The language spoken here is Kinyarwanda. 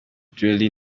jolly